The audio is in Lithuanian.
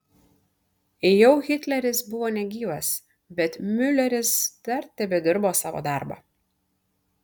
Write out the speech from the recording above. jau hitleris buvo negyvas bet miuleris dar tebedirbo savo darbą